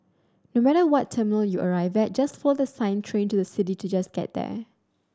no matter what terminal you arrive at just follow the sign Train to the City to just get there